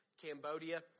Cambodia